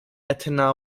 athena